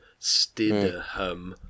Stidham